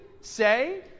say